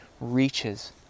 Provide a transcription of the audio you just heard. reaches